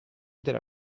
della